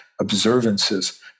observances